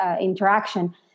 interaction